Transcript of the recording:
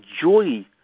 joy